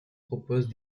propose